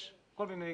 יש כל מיני